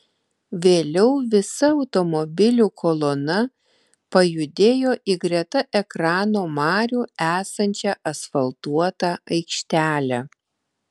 vėliau visa automobilių kolona pajudėjo į greta ekrano marių esančią asfaltuotą aikštelę